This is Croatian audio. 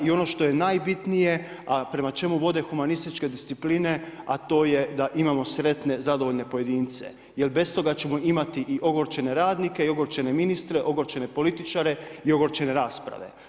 I ono što je najbitnije, a prema čemu vode humanističke discipline, a to je da imamo sretne, zadovoljne pojedince, jer bez toga ćemo imati i ogorčene radnike i ogorčene ministre, ogorčene političare i ogorčane rasprave.